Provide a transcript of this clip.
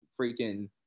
freaking